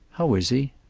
how is he?